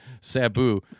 Sabu